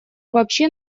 вообще